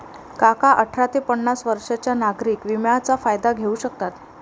काका अठरा ते पन्नास वर्षांच्या नागरिक विम्याचा फायदा घेऊ शकतात